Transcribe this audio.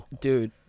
Dude